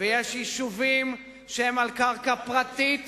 ויש יישובים שהם על קרקע פרטית,